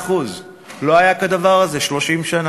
5.6%; לא היה כדבר הזה 30 שנה.